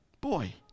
Boy